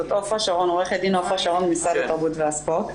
זאת עורכת דין עפרה שרון ממשרד התרבות והספורט.